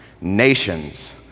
nations